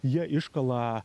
jie iškala